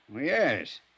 Yes